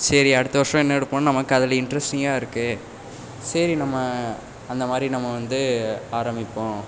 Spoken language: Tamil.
சரி அடுத்த வர்ஷம் என்ன எடுப்போன் நமக்கு அதுல இன்ட்ரெஸ்ட்டிங்காக இருக்கு சரி நம்ம அந்த மாரி நம்ம வந்து ஆரமிப்போம்